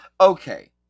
Okay